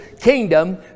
kingdom